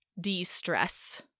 de-stress